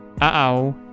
Uh-oh